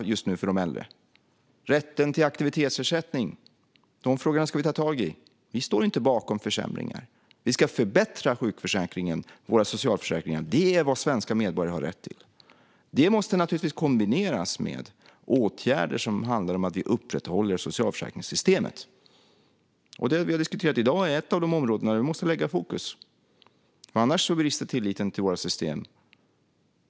Vi ska även ta tag i frågan om rätten till aktivitetsersättning. Vi står inte bakom försämringar. Vi ska förbättra sjukförsäkringen och våra socialförsäkringar. Det är vad svenska medborgare har rätt till. Det måste naturligtvis kombineras med åtgärder som handlar om att vi upprätthåller socialförsäkringssystemet. Det som vi har diskuterat i dag är ett av de områden som vi måste lägga fokus på. Annars brister tilliten till våra system.